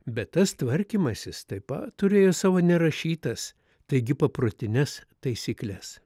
bet tas tvarkymasis taip pat turėjo savo nerašytas taigi paprotines taisykles